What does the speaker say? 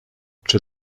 czy